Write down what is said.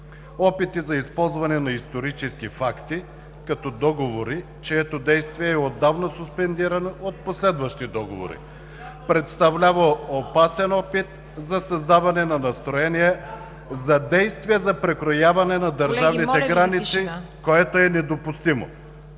Опити за използване на исторически факти, като договори, чието действие е отдавна суспендирано от последващи договори, представлява опасен опит за създаване на настроения, за действия за прекрояване на държавните граници,…(Шум и реплики.)